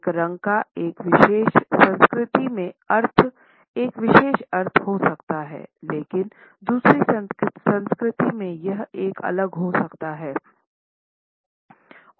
एक रंग का एक विशेष संस्कृति में अर्थ एक विशेष अर्थ हो सकता है लेकिन दूसरी संस्कृति में यह एक अलग हो सकता है